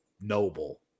noble